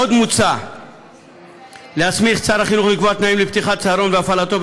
עוד מוצע להסמיך את שר החינוך לקבוע תנאים לפתיחת צהרון והפעלתו,